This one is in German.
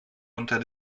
unter